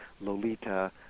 Lolita